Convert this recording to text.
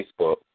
Facebook